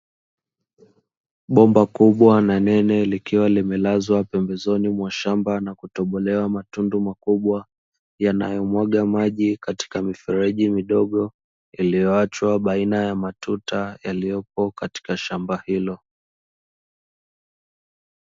Bomba kubwa na nene likiwa limelazwa pembezoni mwa shamba na kutobolewa matundu makubwa, yanayomwaga maji katika mifereji midogo, iliyoachwa baina ya matuta yaliyopo katika shamba hilo.